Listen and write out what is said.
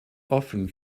often